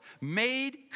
made